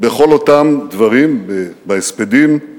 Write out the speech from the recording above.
בכל אותם דברים, בהספדים,